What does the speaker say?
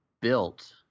built